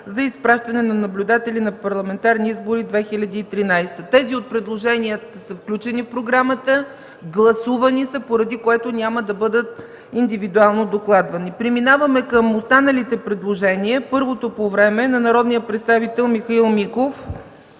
за изпращане на наблюдатели на Парламентарни избори 2013 г. Тези от предложенията са включени в програмата, гласувани са, поради което няма да бъдат докладвани индивидуално. Преминаваме към останалите предложения – първото по време е на народният представител Михаил Михайлов,